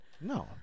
No